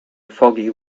foggy